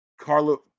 Carlo